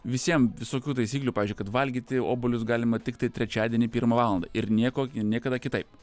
visiem visokių taisyklių pavyzdžiui kad valgyti obuolius galima tiktai trečiadienį pirmą valandą ir nieko niekada kitaip